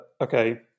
okay